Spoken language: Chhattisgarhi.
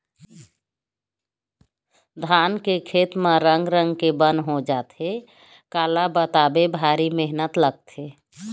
धान के खेत म कतको तो आज कल रंग रंग के बन हो जाथे काला बताबे भारी मेहनत लागथे